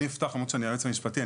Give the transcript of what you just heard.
אני אפתח למרות שאני היועץ המשפטי,